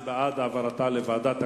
זה בעד העברה לוועדת הכנסת,